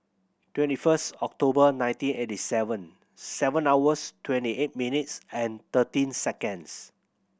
twenty first October nineteen eighty seven seven hours twenty eight minutes and thirteen seconds